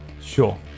Sure